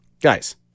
Guys